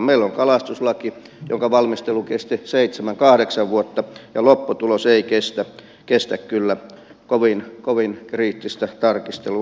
meillä on kalastuslaki jonka valmistelu kesti seitsemän kahdeksan vuotta ja lopputulos ei kestä kyllä kovin kriittistä tarkistelua